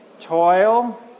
Toil